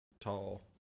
tall